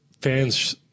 Fans